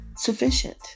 Sufficient